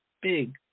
big